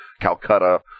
Calcutta